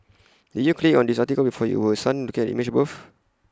did you click on this article because you were stunned looking at the image above